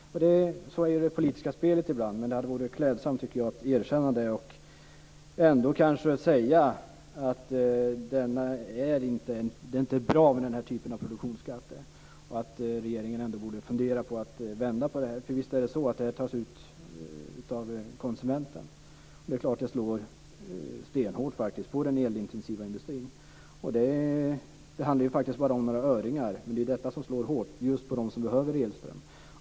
Så är det politiska spelet ibland. Men det hade varit klädsamt att erkänna det och kanske säga att det inte är bra med den här typen av produktionsskatter och att regeringen håller på att fundera över dessa. Visst tas produktionsskatten ut av konsumenten. Det är klart att den slår stenhårt på den elintensiva industrin. Det handlar faktiskt bara om några ören, men de slår hårt just på dem som behöver elström. Fru talman!